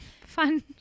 Fun